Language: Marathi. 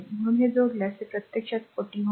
म्हणून हे जोडल्यास ते प्रत्यक्षात 40 Ω